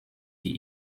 die